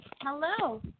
hello